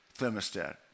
thermostat